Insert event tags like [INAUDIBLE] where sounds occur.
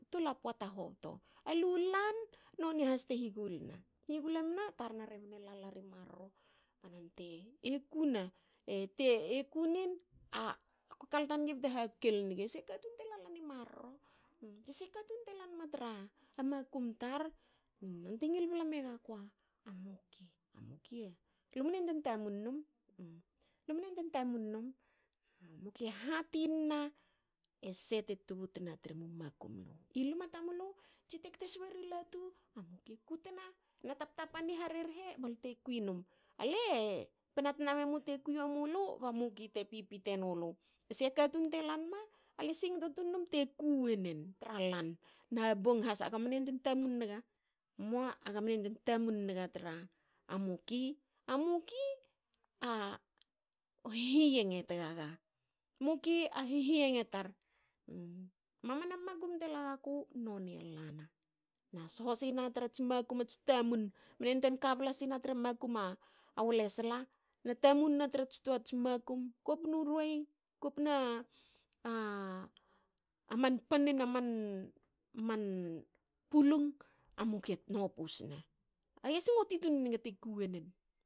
Tola pota hobto. a lulan noni has te higulna highule mne tarna rebne lala ri marro ba nonte kuna. [HESITATION] te kunin. a [HESITATION] ko kalta nigi bte hakel nigi esa katun te lala ni marro. Esa katun te lanma tra makum tar? Nonte ngil bla megaku a muki. A muki [HESITATION] lumne yantuen tamun num. Muki e hatin na ese te tubutna tre mu makum lu. I luma tamulu tsi te tke siweri latu, a muki e kutena na taptapani harerhe bal te kwin num. Ale pena tna memu te kuiwonmulu ba muki te pipitenulu. Ese katun te lanma, ale singto tun num te ku wenen tra lan, na bong has aga mne yantuen tamun naga. mua aga mne yanteun tamun naga tra muki. A muki u hihiyenge tagaga. a muki a hihi yenge tar. mamana makum te lagaku noni e lana na soho sina trats makum ats tamun. Mne yantuen ka bla sina tra makum a walesla. na tamun ne trats toats makum kopnu ruei. kopna aman pannen aman pulung a muki e nopu sne. Age singotin tun naga te ku wonen